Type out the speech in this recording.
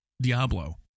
Diablo